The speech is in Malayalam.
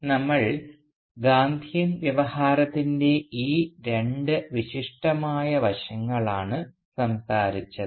നമ്മൾ ഗാന്ധിയൻ വ്യവഹാരത്തിൻറെ ഈ രണ്ട് വിശിഷ്ടമായ വശങ്ങളാണ് സംസാരിച്ചത്